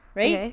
right